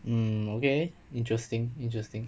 um okay interesting interesting